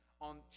on